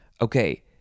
Okay